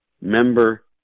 member